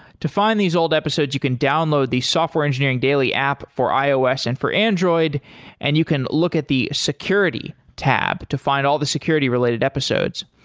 to find these old episodes, you can download the software engineering daily for ios and for android and you can look at the security tab to find all the security related episodes.